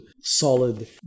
solid